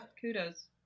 Kudos